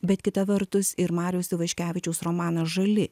bet kita vertus ir mariaus ivaškevičiaus romanas žali